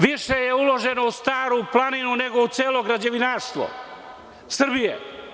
Više je uloženo u Staru planinu nego u celo građevinarstvo Srbije.